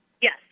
Yes